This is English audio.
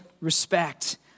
respect